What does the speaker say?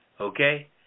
okay